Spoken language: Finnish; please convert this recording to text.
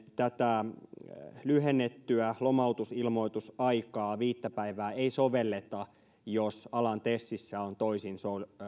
tätä lyhennettyä lomautusilmoitusaikaa viittä päivää ei sovelleta jos alan tesissä on toisin